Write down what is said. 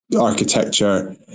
architecture